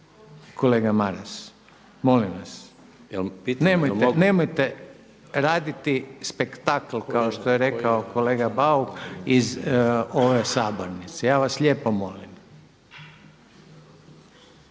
Kolega Maras, molim vas. Nemojte raditi spektakl kao što je rekao kolega Bauk iz ove sabornice ja vas lijepo molim.